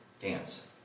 dance